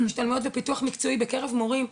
השתלמויות ופיתוח מקצועי בקרב מורים,